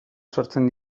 sortzen